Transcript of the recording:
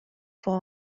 vor